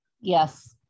Yes